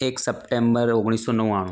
એક સપ્ટેમ્બર ઓગણીસો નવ્વાણું